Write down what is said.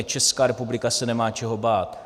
Česká republika se nemá čeho bát...